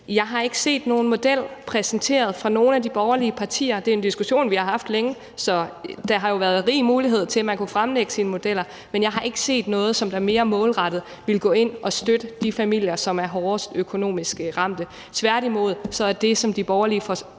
Jeg har ikke set nogen model præsenteret fra nogen af de borgerlige partiers side, og det er en diskussion, vi har haft længe, så der har jo været rig mulighed til, at man kunne fremlægge sine modeller. Men jeg har ikke set noget, som mere målrettet ville gå ind og støtte de familier, som er økonomisk hårdest ramt. Tværtimod er det, som de borgerlige partier